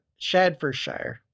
Shadfordshire